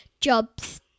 jobs